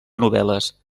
novel·les